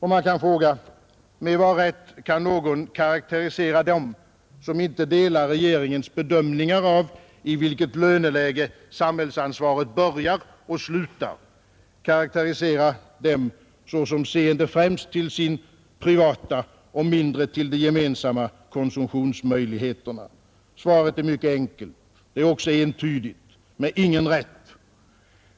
Man vill fråga: Med vad rätt kan någon karakterisera dem, som inte delar regeringens bedömningar av i vilket löneläge samhällsansvaret börjar och slutar, såsom seende främst till sina privata och mindre till gemensamma konsumtionsmöjligheter? Svaret är mycket enkelt och entydigt: med ingen rätt.